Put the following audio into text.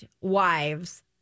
Wives